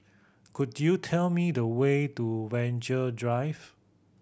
could you tell me the way to Venture Drive